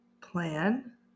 plan